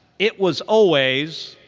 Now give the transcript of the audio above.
it was always,